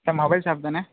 sir mobile shop தானே